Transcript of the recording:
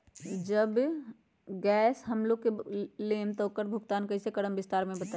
Gas जब हम लोग लेम त उकर भुगतान कइसे करम विस्तार मे बताई?